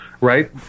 right